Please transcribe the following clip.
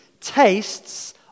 tastes